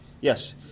Yes